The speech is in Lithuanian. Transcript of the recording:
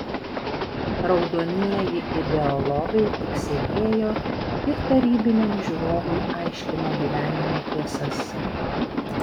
raudonieji ideologai tik sėdėjo ir tarybiniam žiūrovui aiškino gyvenimo tiesas